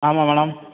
ஆமாம் மேடம்